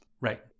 Right